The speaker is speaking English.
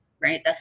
right